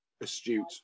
astute